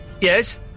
Yes